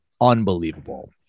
unbelievable